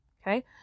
Okay